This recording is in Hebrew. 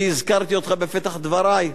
אני הזכרתי אותך בפתח דברי,